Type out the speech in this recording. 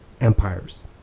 empires